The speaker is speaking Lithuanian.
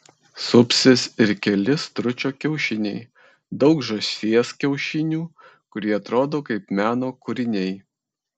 supsis ir keli stručio kiaušiniai daug žąsies kiaušinių kurie atrodo kaip meno kūriniai